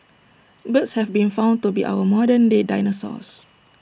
birds have been found to be our modern day dinosaurs